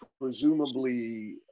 presumably